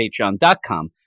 patreon.com